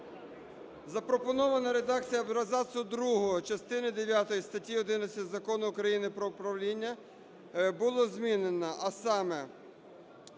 запропонована редакція абзацу другого частини 9 статті 11 Закону України про управління було змінено, а саме: